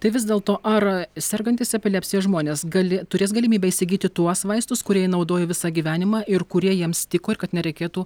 tai vis dėl to ar sergantys epilepsija žmonės gali turės galimybę įsigyti tuos vaistus kurie jie naudojo visą gyvenimą ir kurie jiems tiko ir kad nereikėtų